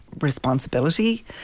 responsibility